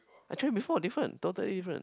I tried it before different totally different